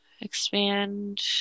expand